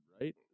right